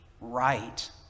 right